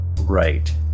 right